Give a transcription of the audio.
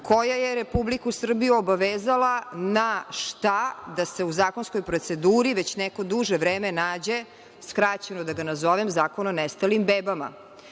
koja je Republiku Srbiju obavezala na šta, da se u zakonskoj proceduri već neko duže vreme nađe, skraćeno da ga nazovem, zakon o nestalim bebama.